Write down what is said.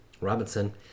Robinson